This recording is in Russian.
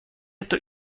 эту